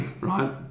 right